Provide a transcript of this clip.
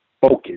focus